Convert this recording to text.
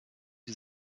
die